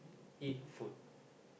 eat food